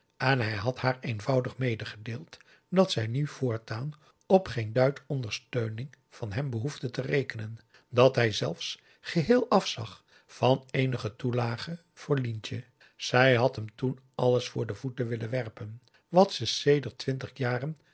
en hij had haar eenvoudig medegedeeld dat zij nu voortaan op geen duit ondersteuning van hem behoefde te rekenen dat hij zelfs geheel afzag van eenige toelage voor lientje zij had hem toen alles voor de voeten willen werpen wat ze sedert twintig jaren